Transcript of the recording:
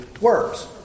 works